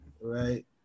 right